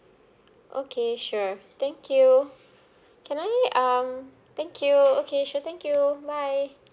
okay sure thank you can I um thank you okay sure thank you bye